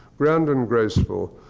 grand and graceful,